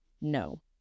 No